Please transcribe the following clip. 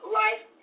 life